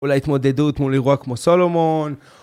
ואולי התמודדות מול אירוע כמו סולומון.